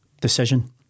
decision